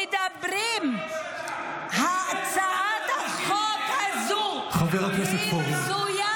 בעזה עובדים החברים שלך --- הצעת החוק הזאת בזויה,